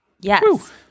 Yes